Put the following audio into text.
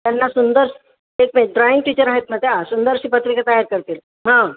त्यांना सुंदर drawing teacher आहेत ना त्या सुंदरशी पत्रिका तयार करतील हां